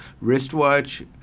wristwatch